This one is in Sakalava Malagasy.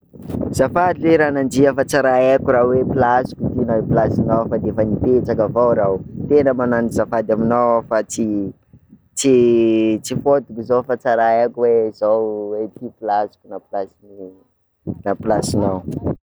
Azafady ley ranandria fa tsa raha haiko raha hoe plasiko ty na plasinao fa de fa nipetraka avao r'aho, tena manano azafady aminao aho fa tsy- fa tsy fôtiko zao fa tsa raha haiko hoe zao, hoe ity plasiko na plasin'ia na plasinao.